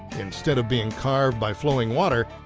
instead of being carved by flowing water,